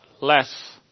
less